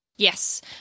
Yes